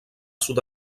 sud